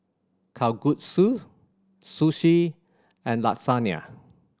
Kalguksu Sushi and Lasagna